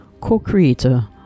co-creator